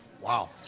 Wow